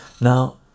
now